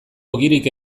ogirik